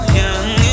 young